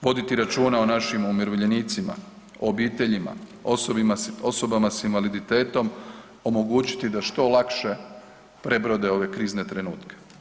Voditi računa o našim umirovljenicima, o obiteljima, osobama s invaliditetom omogućiti da što lakše prebrode ove krizne trenutke.